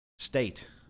State